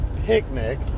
picnic